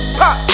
pop